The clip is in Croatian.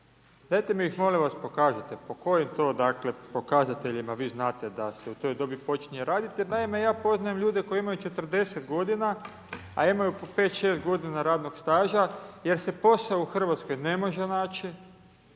Dajte mi ih molim vas pokažite po kojim to pokazateljima vi znate da se u toj dobi počinje radit? Naime ja poznajem ljude koji imaju 40 godina, a imaju po 5, 6 godina radnog staža jer se posao u Hrvatskoj ne može naći,